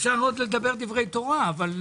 אפשר עוד לדבר דברי תורה.